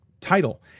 title